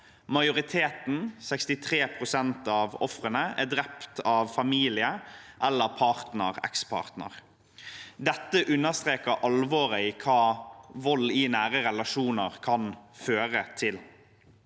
Majoriteten, 63 pst. av ofrene, er drept av familie eller partner/ekspartner. Dette understreker alvoret i hva vold i nære relasjoner kan føre til.